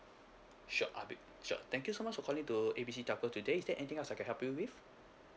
sure I'll be sure thank you so much for calling to A B C telco today is there anything else I can help you with